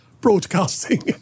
broadcasting